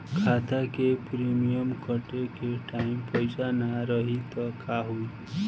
खाता मे प्रीमियम कटे के टाइम पैसा ना रही त का होई?